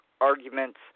arguments